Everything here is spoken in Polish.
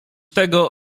tego